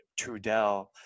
Trudell